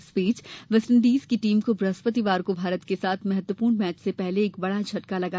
इस बीच वेस्टइंडीज की टीम को ब्रहस्पतिवार को भारत के साथ महत्वपूर्ण मैच से पहले एक बड़ा झटका लगा